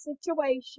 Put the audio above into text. situation